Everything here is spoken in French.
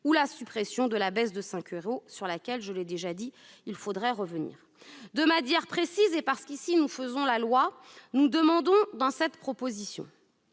ou la suppression de la baisse de 5 euros, sur laquelle il faudrait revenir. De manière précise, et parce qu'ici nous faisons la loi, nous demandons, par l'article 1de cette proposition